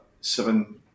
seven